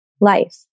life